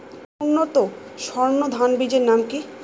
উন্নত সর্ন ধান বীজের নাম কি?